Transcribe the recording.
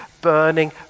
burning